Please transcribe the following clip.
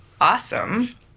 awesome